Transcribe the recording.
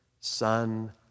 Son